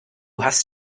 hast